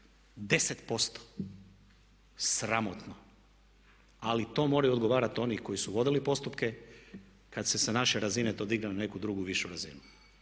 10%, sramotno ali to moraju odgovarati oni koji su vodili postupke, kad se sa naše razine to digne na neku drugu višu razinu.